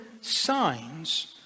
signs